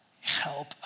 Help